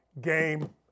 game